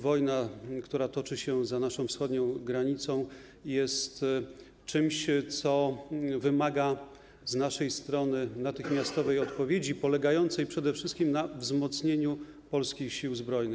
Wojna, która toczy się za naszą wschodnią granicą, jest czymś, co wymaga z naszej strony natychmiastowej odpowiedzi, polegającej przede wszystkim na wzmocnieniu Polskich Sił Zbrojnych.